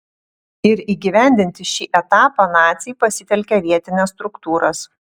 ir įgyvendinti šį etapą naciai pasitelkė vietines struktūras